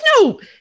no